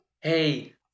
Hey